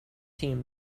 team